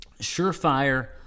surefire